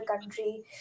country